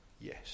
yes